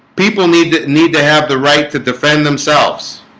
people need to need to have the right to defend themselves